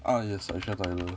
ah yes aisha tyler